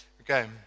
Okay